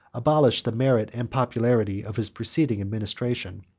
abolished the merit and popularity of his preceding administration.